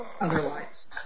otherwise